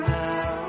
now